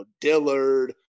Dillard